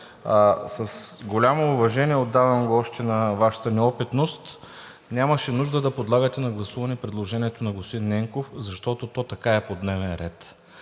с голямо уважение – отдавам го още на Вашата неопитност, нямаше нужда да подлагате на гласуване предложението на господин Ненков, защото така е по дневен ред.